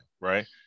right